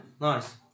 Nice